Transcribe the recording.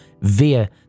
via